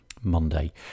Monday